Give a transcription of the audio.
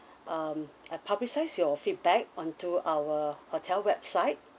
um uh publicise your feedback onto our hotel website